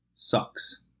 sucks